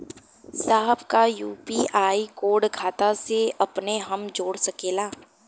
साहब का UPI code खाता से अपने हम जोड़ सकेला?